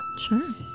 Sure